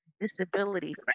disability